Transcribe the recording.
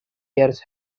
years